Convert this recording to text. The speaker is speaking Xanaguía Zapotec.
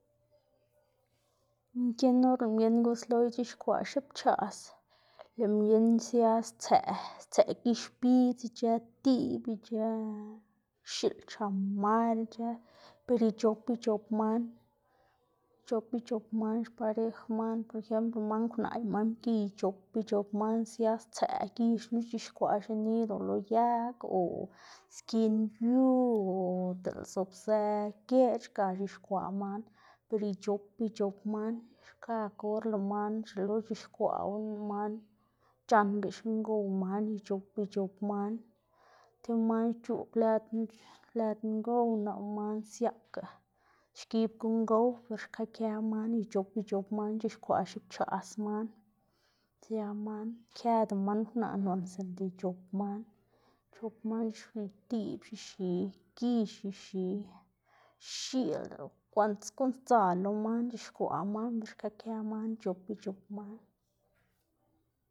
mginn or lëꞌ mginn guslo ic̲h̲ixkwaꞌ xipchaꞌs, lëꞌ minnn sia stsëꞌ stsëꞌ gix bidz ic̲h̲ë diꞌb ic̲h̲ë x̱iꞌl chamar ic̲h̲ë ber ic̲h̲op ic̲h̲op man ic̲h̲op ic̲h̲op man xparej man, por ejemplo man kwnaꞌ y man mgiy ic̲h̲op ic̲h̲op man sia stsëꞌ gix knu c̲h̲ixkwaꞌ xinido lo yag o skin yu o diꞌl zobzë geꞌc̲h̲ ga c̲h̲ixkwaꞌ man ber ic̲h̲op ic̲h̲op man xkakga or lëꞌ man xielo c̲h̲ixkwaꞌwu lëꞌ man c̲h̲anga xingow man ic̲h̲op ic̲h̲op man, tib man xc̲h̲oꞌb lëd lëd ngow nap lëꞌ man siaꞌka xgib guꞌn gow ber xka kë man ic̲h̲op ic̲h̲op man c̲h̲ixkwaꞌ xipchaꞌs man sia man këda man kwnaꞌ sinda ic̲h̲op man, ic̲h̲op man c̲h̲exi diꞌb, c̲h̲exi gix c̲h̲exi, x̱iꞌl kwantas guꞌn sdzal lo man c̲h̲ixkwaꞌ man ber xka kë man ic̲h̲op ic̲h̲op man.